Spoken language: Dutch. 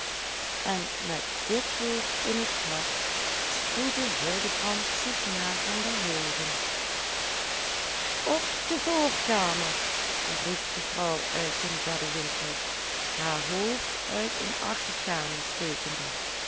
en met dit woord in het hart spoedde hildebrand zich naar van der hoogen op de voorkamer riep de vrouw uit den beddewinkel haar hoofd uit een achterkamer stekende